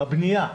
בבנייה,